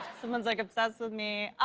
someone's, like, obsessed with me.